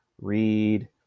read